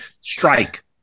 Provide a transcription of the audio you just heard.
strike